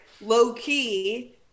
low-key